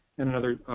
and another